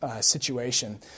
situation